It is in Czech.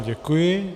Děkuji.